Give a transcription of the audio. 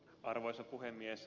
arvoisa puhemies